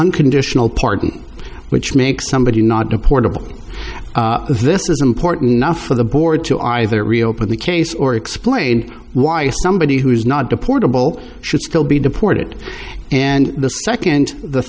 unconditional pardon which makes somebody not deportable this is important enough for the board to either reopen the case or explain why somebody who is not deportable should still be deported and the nd the